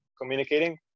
communicating